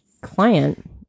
client